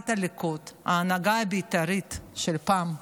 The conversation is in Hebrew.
מהנהגת הליכוד, ההנהגה הבית"רית של פעם: